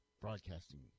broadcasting